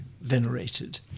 venerated